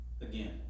again